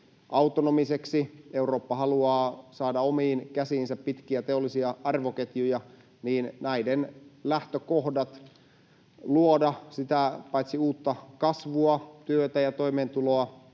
autonomiseksi — Eurooppa haluaa saada omiin käsiinsä pitkiä teollisia arvoketjuja — niin parhaat lähtökohdat paitsi luoda uutta kasvua, työtä ja toimeentuloa